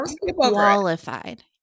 qualified